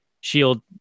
shield